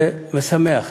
זה משמח,